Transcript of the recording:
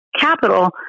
capital